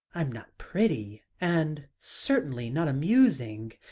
i'm not pretty, and certainly not amusing,